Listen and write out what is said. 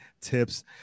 tips